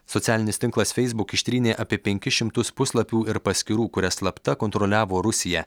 socialinis tinklas facebook ištrynė apie penkis šimtus puslapių ir paskyrų kurias slapta kontroliavo rusija